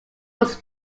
was